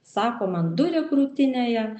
sako man duria krūtinėje